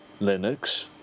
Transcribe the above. Linux